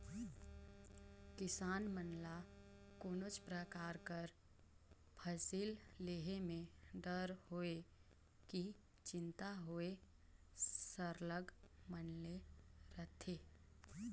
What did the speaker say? किसान मन ल कोनोच परकार कर फसिल लेहे में डर होए कि चिंता होए सरलग बनले रहथे